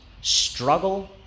struggle